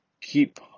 keep